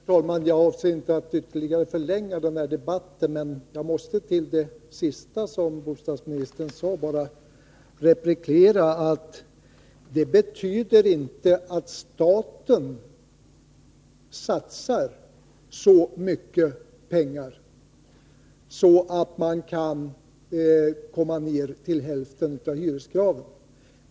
Herr talman! Jag avser inte att ytterligare förlänga denna debatt, men jag måste replikera på det sista bostadsministern sade. Det han sade betyder inte att staten satsar så mycket pengar att man kan komma ner till hälften av hyreskraven.